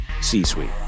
c-suite